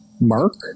mark